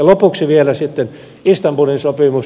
lopuksi vielä istanbulin sopimus